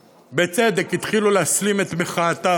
בצדק, התחילו להסלים את מחאתם.